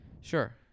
Sure